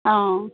অঁ